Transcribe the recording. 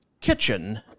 kitchen